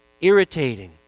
Irritating